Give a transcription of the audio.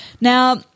Now